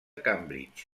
cambridge